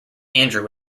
andrew